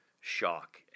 shock